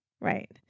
Right